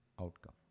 outcome